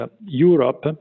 Europe